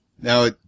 Now